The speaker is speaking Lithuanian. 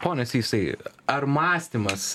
pone sysai ar mąstymas